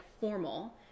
formal